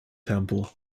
temple